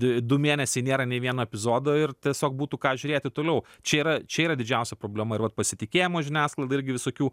du mėnesiai nėra nei vieno epizodo ir tiesiog būtų ką žiūrėti toliau čia yra čia yra didžiausia problema ir vat pasitikėjimo žiniasklaida irgi visokių